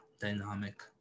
dynamic